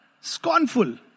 Scornful